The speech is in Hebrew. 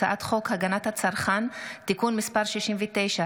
הצעת חוק הגנת הצרכן (תיקון מס' 69),